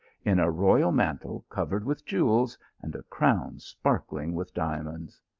in a royal mantle covered with jewels, and a crown sparkling with diamonds.